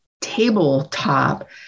tabletop